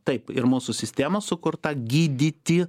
taip ir mūsų sistema sukurta gydyti